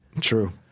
True